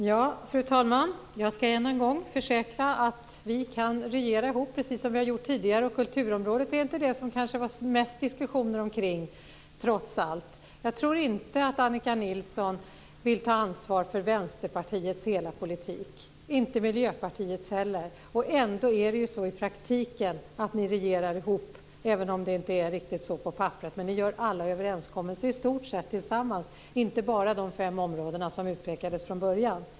Fru talman! Jag ska än en gång försäkra att vi kan regera ihop, precis som vi har gjort tidigare, och kulturområdet var trots allt inte det område som det var mest diskussioner kring. Jag tror inte att Annika Nilsson vill ta ansvar för Vänsterpartiets hela politik, och inte Miljöpartiets heller. Ändå regerar ni ihop i praktiken, även om det inte är riktigt så på papperet. Ni gör i stort sett alla överenskommelser tillsammans, och inte bara på de fem områden som utpekades från början.